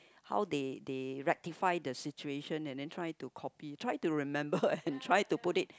how they they rectified the situation and then try to copy try to remember and try to put it